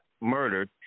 murdered